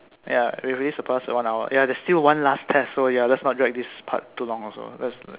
ya we already surpassed the one hour ya there is still one last test so ya so let's not drag this part too long also lets